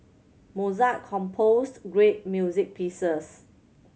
Mozart composed great music pieces